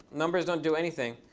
numbers don't do anything.